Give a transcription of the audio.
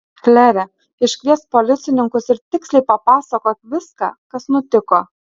klere iškviesk policininkus ir tiksliai papasakok viską kas nutiko